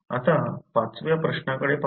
आता पाचव्या प्रश्नाकडे पाहू